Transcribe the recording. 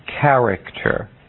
character